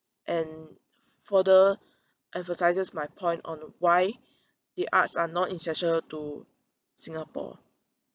and further emphasises my point on why the arts are not essential to singapore